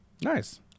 Nice